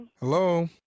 Hello